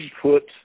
put